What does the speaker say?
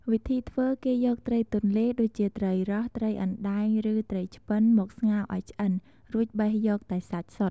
វិធីធ្វើ គេយកត្រីទន្លេ ដូចជាត្រីរ៉ស់ ត្រីអណ្ដែង ឬត្រីឆ្ពិន មកស្ងោរឱ្យឆ្អិន រួចបេះយកតែសាច់សុទ្ធ។